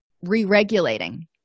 re-regulating